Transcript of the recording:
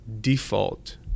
default